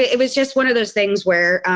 it was just. one of those things where,